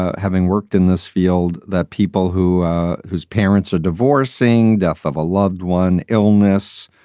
ah having worked in this field, that people who whose parents are divorcing death of a loved one, illness,